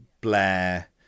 Blair